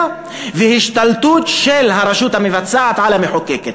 והשתלטות של הרשות המבצעת על המחוקקת.